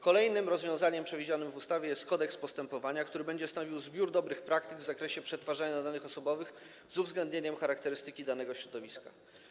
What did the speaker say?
Kolejnym rozwiązaniem przewidzianym w ustawie jest kodeks postępowania, który będzie stanowił zbiór dobrych praktyk w zakresie przetwarzania danych osobowych, z uwzględnieniem charakterystyki danego środowiska.